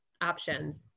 options